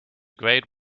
grade